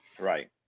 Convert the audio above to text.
Right